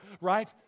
right